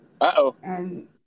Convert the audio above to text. Uh-oh